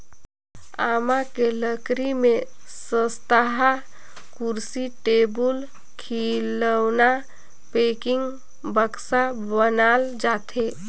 आमा के लकरी में सस्तहा कुरसी, टेबुल, खिलउना, पेकिंग, बक्सा बनाल जाथे